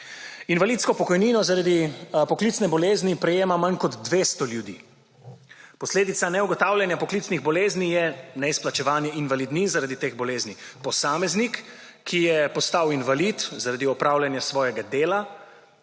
Invalidsko pokojnino zaradi poklicne bolezni prejema manj kot 200 ljudi. Posledica neugotavljanja poklicnih bolezni je neizplačevanje invalidnin zaradi teh bolezni. Posameznik, ki je postal invalid zaradi opravljanja svojega dela,